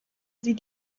sie